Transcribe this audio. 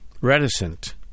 reticent